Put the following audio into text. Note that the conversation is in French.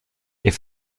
est